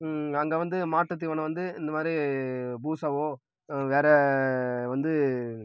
அங்கே வந்து மாட்டு தீவனம் வந்து இந்த மாதிரி பூசாவோ வேற வந்து